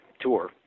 tour